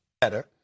Better